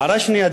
הערה שנייה,